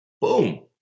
boom